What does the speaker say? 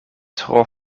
tro